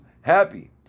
happy